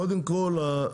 קודם כל,